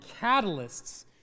catalysts